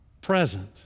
present